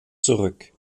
zurück